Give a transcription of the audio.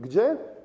Gdzie?